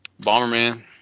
Bomberman